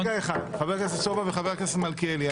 חברי הכנסת סובה ומלכיאלי,